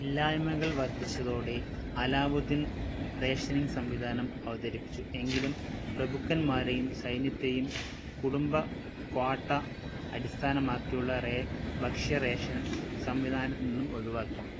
ഇല്ലായ്മകൾ വർദ്ധിച്ചതോടെ അലാവുദ്ദീൻ റേഷനിംഗ് സംവിധാനം അവതരിപ്പിച്ചു എങ്കിലും പ്രഭുക്കന്മാരെയും സൈന്യത്തെയും കുടുംബ ക്വാട്ട അടിസ്ഥാനമാക്കിയുള്ള ഭക്ഷ്യ റേഷൻ സംവിധാനത്ത് നിന്നും ഒഴിവാക്കി